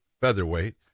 featherweight